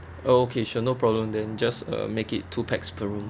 okay sure no problem then just uh make it two pax per room